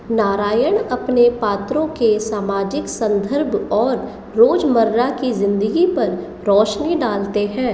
नारायण अपने पात्रों के सामाजिक संदर्भ और रोजमर्रा की जिंदगी पर रौशनी डालते हैं